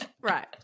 Right